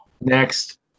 next